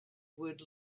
would